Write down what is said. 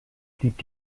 blieb